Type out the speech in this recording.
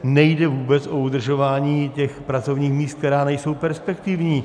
Nejde vůbec o udržování pracovních míst, která nejsou perspektivní.